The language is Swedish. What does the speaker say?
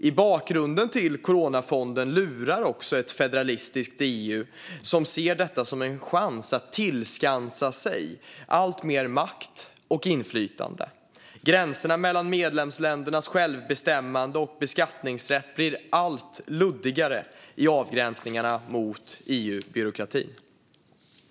I bakgrunden till coronafonden lurar också ett federalistiskt EU, som ser detta som en chans att tillskansa sig alltmer makt och inflytande. Gränserna mellan medlemsländernas självbestämmande och beskattningsrätt blir allt luddigare i avgränsningarna mot EU-byråkratin.